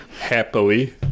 happily